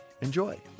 Enjoy